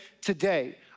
today